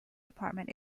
department